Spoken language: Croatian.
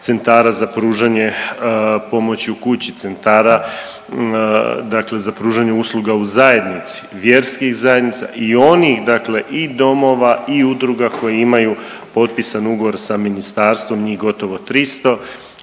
centara za pružanje pomoći u kući, centra dakle za pružanje usluga u zajednici, vjerskih zajednica i onih dakle i domova i udruga koji imaju potpisan ugovor sa ministarstvom njih gotovo 300